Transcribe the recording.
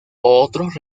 otros